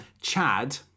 Chad